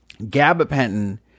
gabapentin